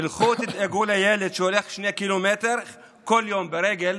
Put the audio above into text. תלכו ותדאגו לילד שהולך 2 קילומטר כל יום ברגל